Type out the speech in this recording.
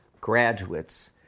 graduates